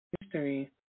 history